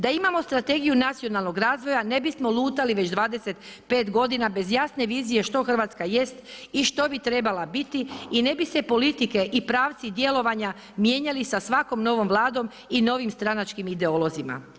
Da imamo Strategiju nacionalnog razvoja ne bismo lutali već 25 godina bez jasne vizije što Hrvatska jest i što bi trebala biti i ne bi se politike i pravci djelovanja mijenjali sa svakom novom vladom i novim stranačkim ideolozima.